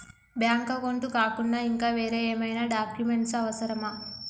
Bank account కాకుండా ఇంకా వేరే ఏమైనా డాక్యుమెంట్స్ అవసరమా?